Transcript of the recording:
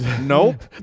Nope